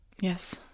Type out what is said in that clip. Yes